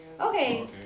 Okay